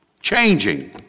Changing